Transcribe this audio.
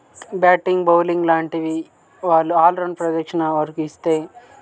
batting bowling లాంటివి వాళ్ళు all round ప్రదక్షణ వారికి ఇస్తే